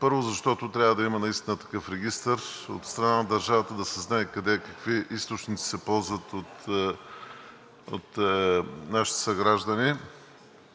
първо, защото трябва да има наистина такъв регистър, от страна на държавата да се знае къде какви източници се ползват от нашите съграждани.